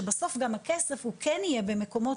שבסוף גם הכסף הוא כן יהיה במקומות,